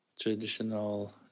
traditional